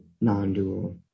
non-dual